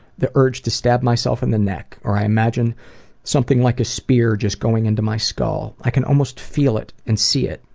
the urge to stab myself in the neck, or i imagine something like a spear just going into my skull. i can almost feel it and see it.